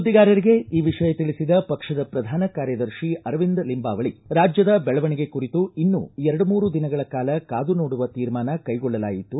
ಸುದ್ದಿಗಾರರಿಗೆ ಈ ವಿಷಯ ತಿಳಿಸಿದ ಪಕ್ಷದ ಪ್ರಧಾನ ಕಾರ್ಯದರ್ಶಿ ಅರವಿಂದ ಲಿಂಬಾವಳಿ ರಾಜ್ಯದ ಬೆಳವಣಿಗೆ ಕುರಿತು ಇನ್ನೂ ಎರಡು ಮೂರು ದಿನಗಳ ಕಾಲ ಕಾದು ನೋಡುವ ತೀರ್ಮಾನ ಕೈಗೊಳ್ಳಲಾಯಿತು